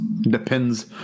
depends